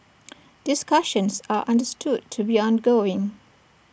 discussions are understood to be ongoing